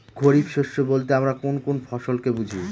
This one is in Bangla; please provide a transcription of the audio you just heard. খরিফ শস্য বলতে আমরা কোন কোন ফসল কে বুঝি?